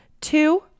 Two